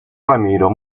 ramiro